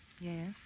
Yes